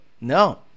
no